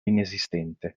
inesistente